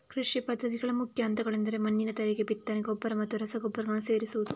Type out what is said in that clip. ಕೃಷಿ ಪದ್ಧತಿಗಳ ಮುಖ್ಯ ಹಂತಗಳೆಂದರೆ ಮಣ್ಣಿನ ತಯಾರಿಕೆ, ಬಿತ್ತನೆ, ಗೊಬ್ಬರ ಮತ್ತು ರಸಗೊಬ್ಬರಗಳನ್ನು ಸೇರಿಸುವುದು